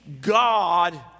God